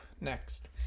next